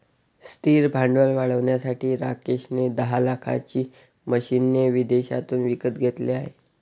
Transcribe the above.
स्थिर भांडवल वाढवण्यासाठी राकेश ने दहा लाखाची मशीने विदेशातून विकत घेतले आहे